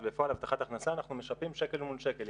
אז בפועל הבטחת הכנסה אנחנו משפים שקל מול שקל.